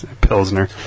pilsner